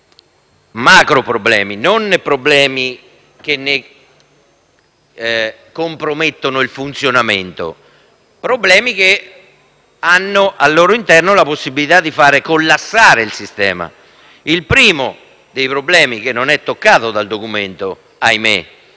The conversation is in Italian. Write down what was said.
macroproblemi, non problemi che ne compromettono il funzionamento, ma problemi che hanno al loro interno la possibilità di far collassare il sistema. Il primo dei problemi, che ahimè non è toccato è